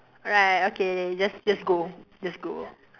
alright okay just just go just go